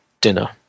dinner